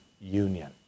union